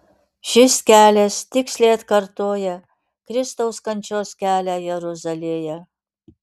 šis kelias tiksliai atkartoja kristaus kančios kelią jeruzalėje